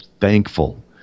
thankful